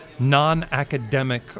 Non-academic